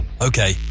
Okay